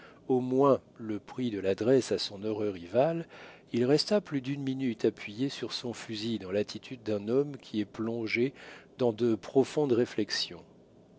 au moins le prix de l'adresse à son heureux rival il resta plus d'une minute appuyé sur son fusil dans l'attitude d'un homme qui est plongé dans de profondes réflexions